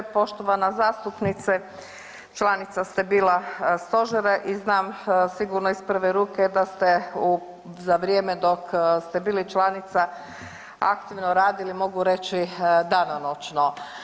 Poštovana zastupnice članica ste bila Stožera i znam sigurno iz prve ruke da ste za vrijeme dok ste bili članica aktivno radili, mogu reći danonoćno.